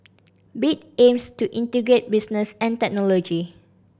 bit aims to integrate business and technology